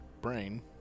brain